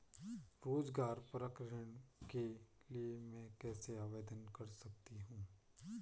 रोज़गार परक ऋण के लिए मैं कैसे आवेदन कर सकतीं हूँ?